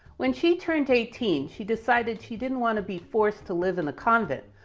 when she turned eighteen, she decided she didn't want to be forced to live in a convent,